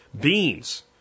Beans